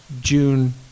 June